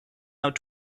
out